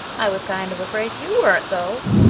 i was kind of afraid you weren't, though,